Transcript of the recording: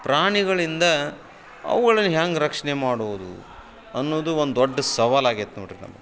ಪ್ರಾಣಿಗಳಿಂದ ಅವ್ಗಳನ್ನು ಹ್ಯಾಂಗೆ ರಕ್ಷ್ಣೆ ಮಾಡೋದು ಅನ್ನುವುದು ಒಂದು ದೊಡ್ಡ ಸವಾಲು ಆಗೈತೆ ನೋಡಿರಿ ನಮ್ಗೆ